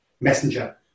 Messenger